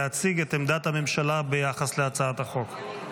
להציג את עמדת הממשלה ביחס להצעת החוק.